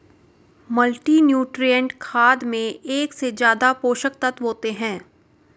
multinutrient खाद में एक से ज्यादा पोषक तत्त्व होते है